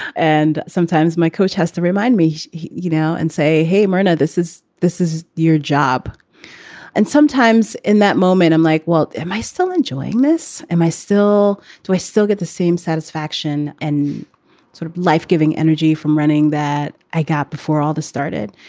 and sometimes my coach has to remind me, you know, and say, hey, myrna, this is this is your job and sometimes in that moment, i'm like, well, am i still enjoying this? am i still do i still get the same satisfaction and sort of life-giving energy from running that i got before all this started?